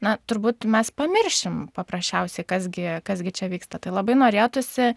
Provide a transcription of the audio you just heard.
na turbūt mes pamiršim paprasčiausiai kas gi kas gi čia vyksta tai labai norėtųsi